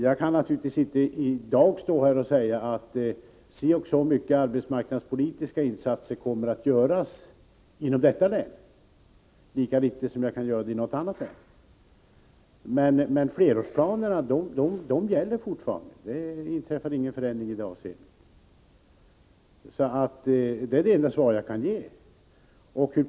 Jag kan naturligtvis inte i dag stå här och säga att si och så mycket kommer att tillföras detta län i fråga om arbetsmarknadspolitiska insatser, lika litet som jag kan göra sådana utfästelser för något annat län. Men flerårsplanerna gäller fortfarande. Det inträffar ingen förändring i det avseendet. Det är det enda svar jag kan ge.